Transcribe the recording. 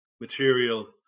material